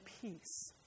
peace